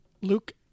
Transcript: Luke